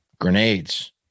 grenades